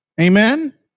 Amen